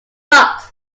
box